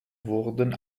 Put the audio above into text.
wurden